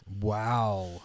Wow